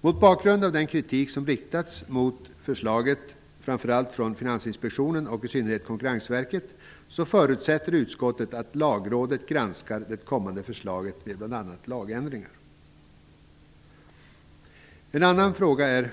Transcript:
Mot bakgrund av den kritik som riktats mot förslaget, framför allt från Finansinspektionen och, ännu mer, från Konkurrensverket, förutsätter utskottet att Lagrådet skall granska det kommande förslaget till bl.a. lagändringar. En annan fråga är